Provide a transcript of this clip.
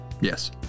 Yes